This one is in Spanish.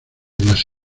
las